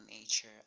nature